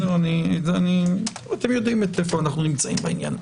אתם יודעים איפה אנחנו נמצאים בעניין.